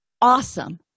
awesome